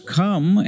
come